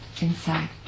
inside